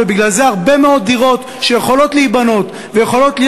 ובגלל זה הרבה מאוד דירות שיכולות להיבנות ויכולות להיות